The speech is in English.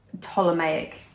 Ptolemaic